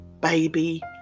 baby